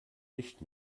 nicht